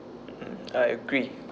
mm I agree